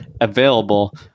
available